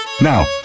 Now